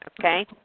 okay